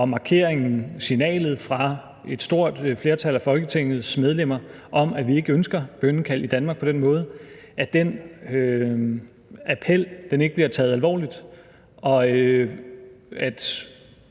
markeringen og signalet fra et stort flertal af Folketinget medlemmer om, at vi ikke ønsker bønnekald i Danmark på den måde, ikke bliver taget alvorligt, og at